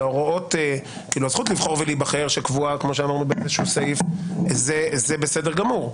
הזכות לבחור ולהיבחר שלא קבוע בסעיף זה בסדר גמור.